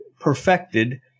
perfected